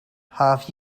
have